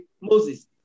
Moses